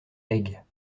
legs